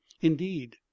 indeed